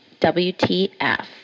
WTF